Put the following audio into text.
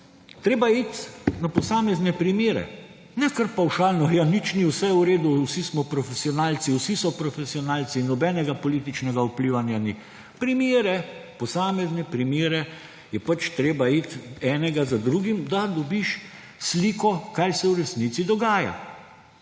treba je iti na posamezne primere, ne kar pavšalno, ja, nič ni, vse v redu, vsi smo profesionalci, vsi so profesionalci in nobenega političnega vplivanja ni. Primere, posamezne primere, je treba iti enega za drugim, da dobiš sliko, kaj se v resnici dogaja.